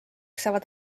saavad